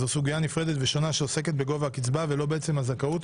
זו סוגיה נפרדת ושונה שעוסקת בגובה הקצבה ולא בעצם הזכאות,